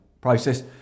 process